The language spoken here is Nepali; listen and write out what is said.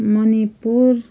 मणिपुर